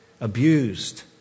abused